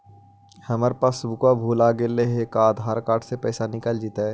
हमर पासबुक भुला गेले हे का आधार कार्ड से पैसा निकल जितै?